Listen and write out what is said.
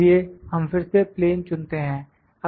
इसलिए हम फिर से प्लेन चुनते हैं